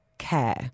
care